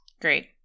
Great